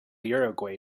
uruguay